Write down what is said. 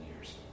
years